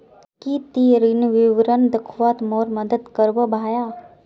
की ती ऋण विवरण दखवात मोर मदद करबो भाया